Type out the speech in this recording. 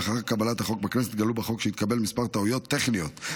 לאחר קבלת החוק בכנסת התגלו בחוק שהתקבל כמה טעויות טכניות,